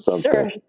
Sure